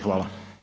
Hvala.